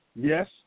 Yes